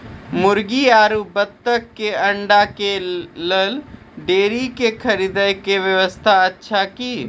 मुर्गी आरु बत्तक के अंडा के लेल डेयरी के खरीदे के व्यवस्था अछि कि?